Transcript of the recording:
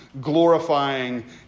glorifying